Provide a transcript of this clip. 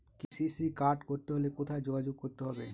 KCC card করতে হলে কোথায় যোগাযোগ করতে হবে?